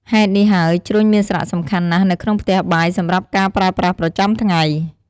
ហេតុនេះហើយ ជ្រុញមានសារៈសំខាន់ណាស់នៅក្នុងផ្ទះបាយសម្រាប់ការប្រើប្រាស់ប្រចាំថ្ងៃ។